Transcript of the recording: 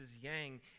yang